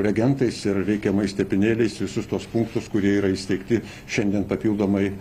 reagentais ir reikiamais tepinėliais visus tuos punktus kurie yra įsteigti šiandien papildomai